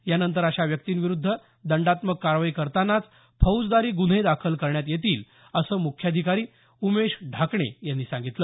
यानंतर अशा व्यक्तीविरुद्ध दंडात्मक कारवाई करतांनाच फौजदारी गुन्हे दाखल करण्यात येतील असं मुख्याधिकारी उमेश ढाकणे यांनी सांगितलं